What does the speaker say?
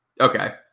Okay